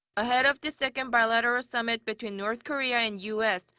ahead of the second bilateral summit between north korea and u s.